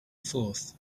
fourth